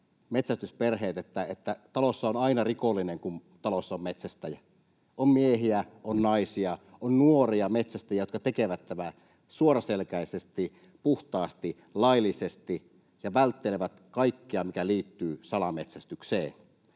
kotona kokisivat, että talossa on aina rikollinen, kun talossa on metsästäjä: on miehiä, on naisia, on nuoria metsästäjiä, jotka tekevät tämän suoraselkäisesti, puhtaasti, laillisesti ja välttelevät kaikkea, mikä liittyy salametsästykseen.